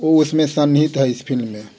वो इसमें सनहित है इस फिल्म में